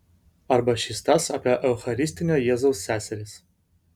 arba šis tas apie eucharistinio jėzaus seseris